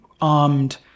armed